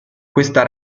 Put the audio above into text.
questa